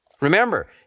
Remember